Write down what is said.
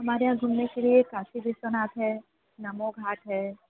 हमारे यहाँ घूमने के लिए काशी विश्वनाथ है नमो घाट है